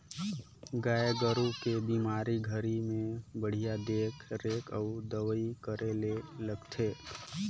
गाय गोरु के बेमारी घरी में बड़िहा देख रेख अउ दवई करे ले लगथे